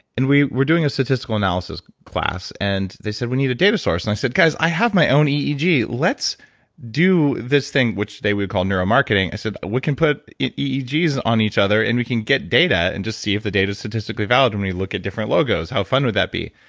and we were doing a statistical analysis class, and they said, we need a data source. i said, guys, i have my own eeg. let's do this thing, which they would've called neuro marketing. i said, we can put eegs eegs on each other, and we can get data and just see if the data is statistically valid when we look at different logos how fun would that be?